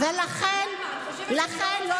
כל כך הרבה אנשים נדרשים,